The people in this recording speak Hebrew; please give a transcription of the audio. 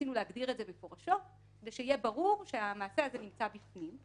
רצינו להגדיר את זה מפורשות ושיהיה ברור שהמעשה הזה נמצא בפנים.